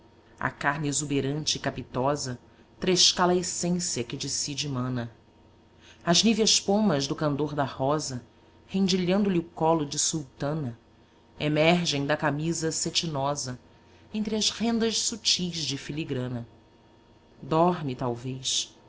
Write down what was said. a carne exuberante e capitosa trescala a essência que de si dimana as níeas pomas do candor da rosa rendilhando lhe o colo de sultana emergem da camisa cetinosa entre as rendas sutis de filigrana dorme talvez